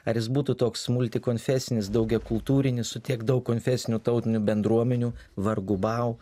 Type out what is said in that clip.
ar jis būtų toks multi konfesinis daugiakultūrinis su tiek daug konfesinių tautinių bendruomenių vargu bau